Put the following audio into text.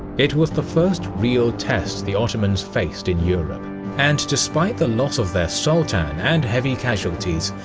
it was the first real test the ottomans faced in europe and despite the loss of their sultan and heavy casualties,